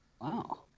Wow